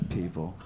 people